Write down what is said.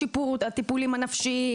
לשיפור הטיפול הנפשיים,